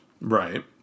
Right